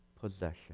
possession